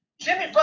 Jimmy